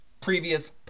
previous